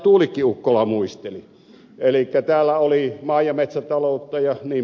tuulikki ukkola muisteli elikkä täällä oli maa ja metsätaloutta jnp